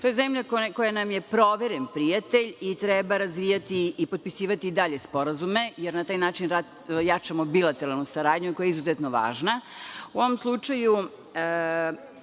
je zemlja koja nam je proveren prijatelj i treba razvijati i potpisivati i dalje sporazume, jer na taj način jačamo bilateralnu saradnju koja je izuzetno važna.